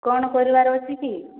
କ'ଣ କରିବାର ଅଛି କି